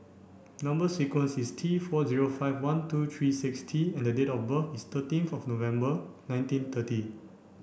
number sequence is T four zero five one two three six T and the date of birth is thirteenth of November nineteen thirty